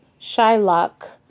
shylock